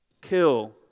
kill